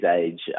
age